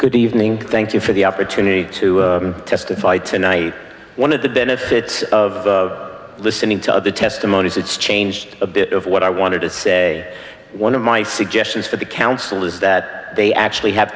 good evening thank you for the opportunity to testify tonight one of the benefits of listening to other testimony is it's changed a bit of what i wanted to say one of my suggestions for the council is that they actually have